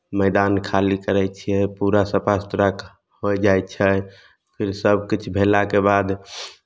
मैदान खाली करै छियै पूरा सफा सुथरा क् होइ जाइ छै फेर सभकिछु भेला के बाद